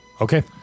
Okay